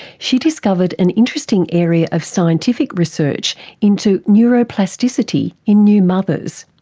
she discovered an interesting area of scientific research into neuroplasticity in new mothers,